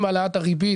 להתמודד